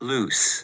Loose